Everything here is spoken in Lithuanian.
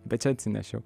bet čia atsinešiau